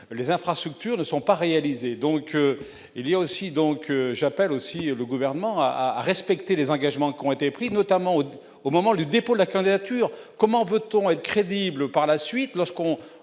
les infrastructures ne sont pas réalisées, donc il y a aussi, donc j'appelle aussi le gouvernement a à respecter les engagements qui ont été prises, notamment au au moment du dépôt de la candidature, comment peut-on être crédible par la suite lorsqu'on